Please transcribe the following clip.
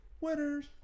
Winners